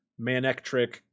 Manectric